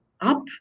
up